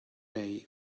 day